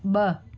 ब॒